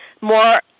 more